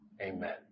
Amen